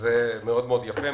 וזה מאוד מאוד יפה,